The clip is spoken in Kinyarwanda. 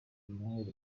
emmanuel